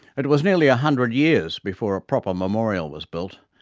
it was nearly a hundred years before a proper memorial was built,